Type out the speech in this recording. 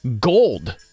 Gold